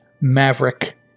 Maverick